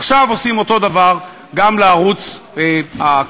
עכשיו עושים אותו דבר גם לערוץ הקהילתי,